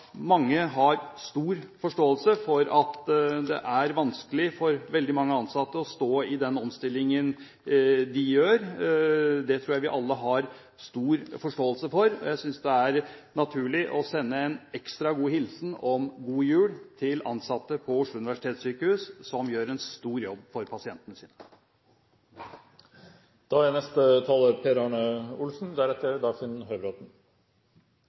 mange har stor forståelse for at det er vanskelig for veldig mange ansatte å stå i den omstillingen de gjør. Det tror jeg vi alle har stor forståelse for. Jeg synes det er naturlig å sende en ekstra god hilsen om god jul til ansatte ved Oslo universitetssykehus, der de gjør en stor jobb for pasientene sine. Representanten Per Arne Olsen